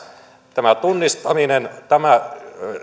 tämä tunnistaminen eli